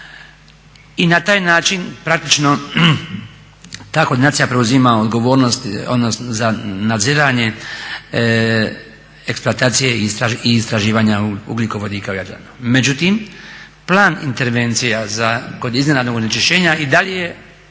i na taj način praktično ta koordinacija preuzima odgovornost za nadziranje eksploatacije i istraživanja ugljikovodika u Jadranu. Međutim, plan intervencija kod iznenadnog onečišćenja i dalje je